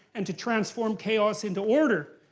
and to transform chaos into order.